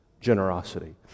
generosity